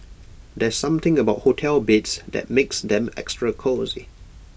there's something about hotel beds that makes them extra cosy